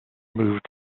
moved